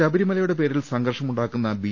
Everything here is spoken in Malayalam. ശബരിമലയുടെ പേരിൽ സംഘർഷമുണ്ടാക്കുന്ന ബി